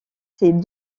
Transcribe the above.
ces